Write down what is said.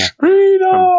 Freedom